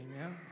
Amen